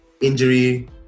injury